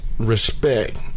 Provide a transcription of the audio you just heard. respect